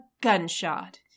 gunshot